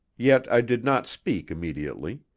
yet i did not speak immediately.